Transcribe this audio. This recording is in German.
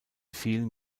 vielen